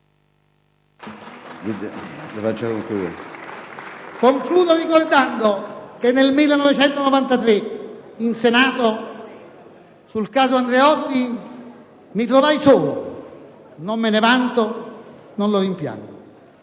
Concludo ricordando che nel 1993, in Senato, sul caso Andreotti mi trovai solo: non me ne vanto, né lo rimpiango.